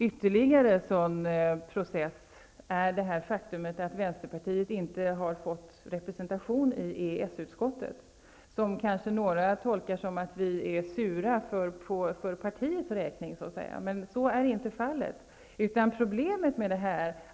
Ytterligare en sådan process är det faktum att Vänsterpartiet inte har fått representation i EES-utskottet. Några kanske tror att vi är sura över detta för partiets räkning, men så är inte fallet.